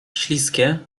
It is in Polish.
śliskie